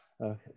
Okay